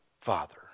Father